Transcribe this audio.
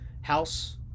House